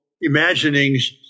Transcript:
imaginings